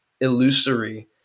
illusory